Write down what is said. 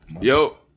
Yo